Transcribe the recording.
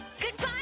Goodbye